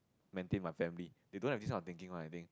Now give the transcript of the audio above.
maintain my family they don't have this kind of thinking one I think